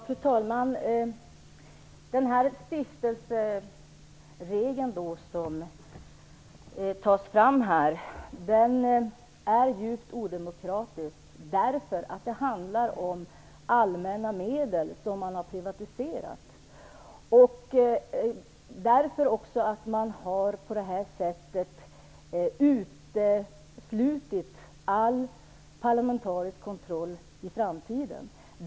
Fru talman! Den stiftelseregel som nämns är djupt odemokratisk därför att det handlar om allmänna medel som man har privatiserat och därför att man på detta sätt har uteslutit all parlamentarisk kontroll i framtiden.